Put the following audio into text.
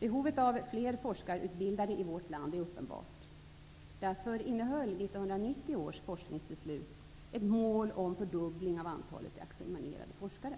Behovet av fler forskarutbildade i vårt land är uppenbart. Därför innehöll 1990 års forskningsbeslut ett mål om fördubbling av antalet examinerade forskare.